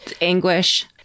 anguish